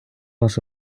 вас